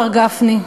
מר גפני,